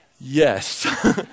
Yes